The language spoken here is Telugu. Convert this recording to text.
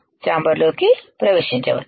చాంబర్లోకి ప్రవేశించవచ్చు